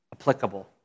applicable